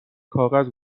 کاغذ